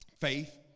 faith